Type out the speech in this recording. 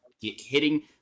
hitting